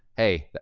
hey,